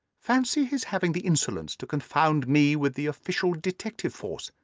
fancy his having the insolence to confound me with the official detective force!